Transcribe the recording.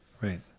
right